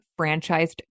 franchised